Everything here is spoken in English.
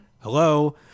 hello